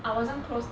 I wasn't close